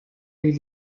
les